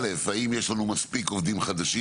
האם יש לנו מספיק עובדים חדשים,